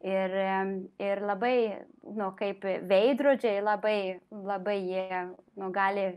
ir ir labai nu kaip veidrodžiai labai labai jie nu gali